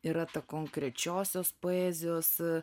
yra ta konkrečiosios poezijos